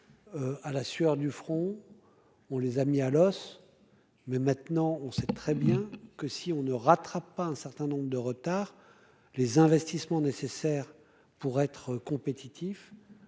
à la sueur du front, on les a mis à l'os, mais maintenant on sait très bien que si on ne rattrape pas un certain nombre de retard, les investissements nécessaires pour être compétitif,